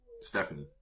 Stephanie